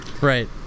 Right